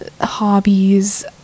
hobbies